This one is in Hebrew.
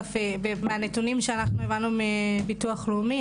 מהנתונים שאנחנו הבנו מביטוח לאומי,